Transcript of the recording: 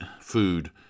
food